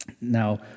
Now